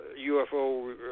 UFO